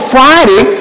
Friday